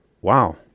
Wow